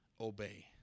obey